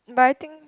but I think